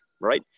right